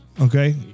Okay